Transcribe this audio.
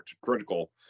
critical